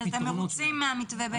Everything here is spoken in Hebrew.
אתם מרוצים מהמתווה?